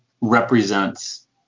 represents